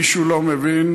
מישהו לא מבין